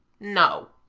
no.